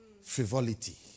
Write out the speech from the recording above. frivolity